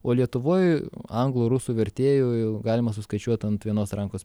o lietuvoj anglų rusų vertėjų galima suskaičiuot ant vienos rankos